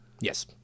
yes